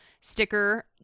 sticker –